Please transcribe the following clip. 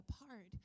apart